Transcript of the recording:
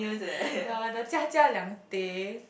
the the Jia-Jia-Liang-Teh